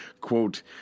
quote